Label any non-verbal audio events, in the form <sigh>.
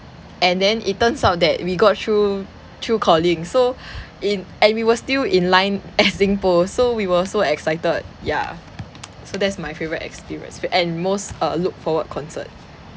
and then it turns out that we got through through calling so in and we were still in line <laughs> at singpost so we were so excited yeah so that's my favourite experience w~ and most err look forward concert